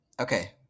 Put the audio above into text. okay